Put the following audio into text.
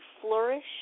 flourish